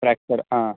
fracture ಹಾಂ